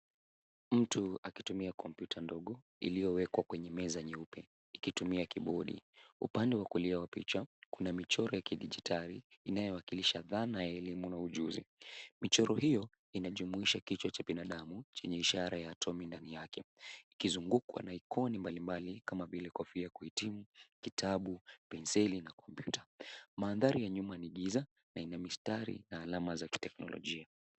Mtu akitumia kompyuta ndogo iliyowekwa kwenye meza nyeupe akitumia kibodi. Upande wa kulia wa picha kuna michoro ya kidigitali inayowakilisha dhana ya elimu na ujuzi. Michoro hiyo inajumuisha kichwa cha binadamu chenye ishara ya tommy ndani yake ikizungukwa na ikoni mbalimbali kama vile kofia ya kuhitimu, kitabu, penseli na kompyuta. Mandhari ya nyuma ni giza na ina mistari na alama za kiteknolojia.